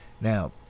Now